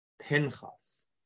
Pinchas